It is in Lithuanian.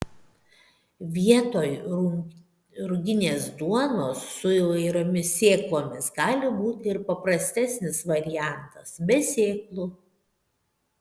vietoj ruginės duonos su įvairiomis sėklomis gali būti ir paprastesnis variantas be sėklų